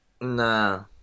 Nah